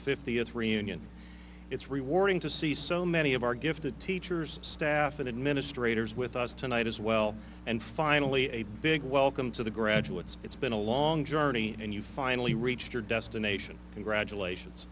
fiftieth reunion it's rewarding to see so many of our gifted teachers staff and administrators with us tonight as well and finally a big welcome to the graduates it's been a long journey and you finally reached your destination congratulations